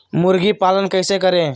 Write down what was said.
मुर्गी पालन कैसे करें?